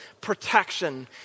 protection